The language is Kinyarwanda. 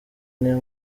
niyo